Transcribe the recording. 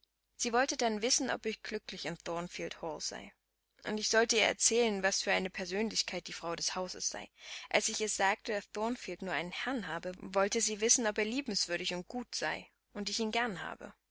sie wollte dann wissen ob ich glücklich in thorn field hall sei und ich sollte ihr erzählen was für eine persönlichkeit die frau des hauses sei und als ich ihr gesagt daß thornfield nur einen herrn habe wollte sie wissen ob er liebenswürdig und gut sei und ich ihn gern habe